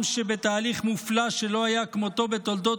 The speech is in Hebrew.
עם שבתהליך מופלא שלא היה כמותו בתולדות